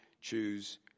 choose